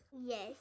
Yes